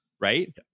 Right